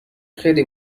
خیلی